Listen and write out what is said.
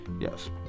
Yes